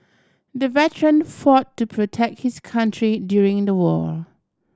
the veteran fought to protect his country during the war